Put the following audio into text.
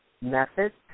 methods